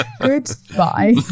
Goodbye